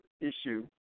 issue